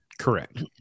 Correct